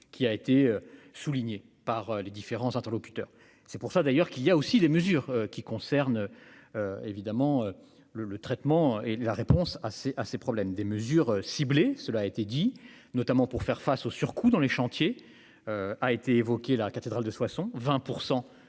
qui a été soulignée par les différents interlocuteurs, c'est pour ça d'ailleurs qu'il y a aussi les mesures qui concernent évidemment le le traitement et la réponse à ces, à ces problèmes, des mesures ciblées, cela a été dit, notamment pour faire face au surcoût dans les chantiers a été évoqué la cathédrale de Soissons 20